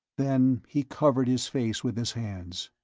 then he covered his face with his hands.